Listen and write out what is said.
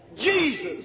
Jesus